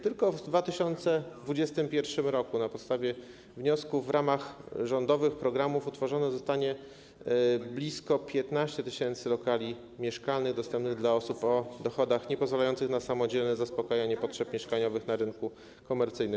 Tylko w 2021 r. na podstawie wniosków w ramach rządowych programów utworzonych zostało blisko 15 tys. lokali mieszkalnych dostępnych dla osób o dochodach niepozwalających na samodzielne zaspokajanie potrzeb mieszkaniowych na rynku komercyjnym.